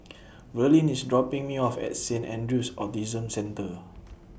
Verlene IS dropping Me off At Saint Andrew's Autism Centre